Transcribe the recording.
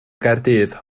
gaerdydd